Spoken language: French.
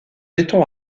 béton